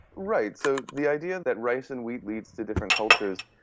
right. so the idea that rice and wheat leads to different cultures,